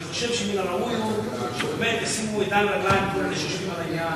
אני חושב שמן הראוי שבאמת כל אלה שיושבים על העניין,